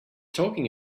talking